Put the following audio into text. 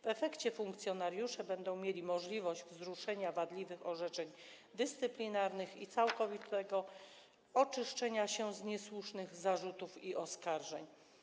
W efekcie funkcjonariusze będą mieli możliwość wzruszenia wadliwych orzeczeń dyscyplinarnych i całkowitego oczyszczenia się z niesłusznych zarzutów i oskarżeń.